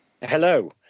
Hello